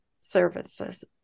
Services